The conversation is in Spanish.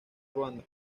ruanda